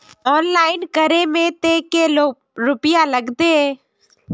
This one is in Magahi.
ऑनलाइन करे में ते रुपया लगते?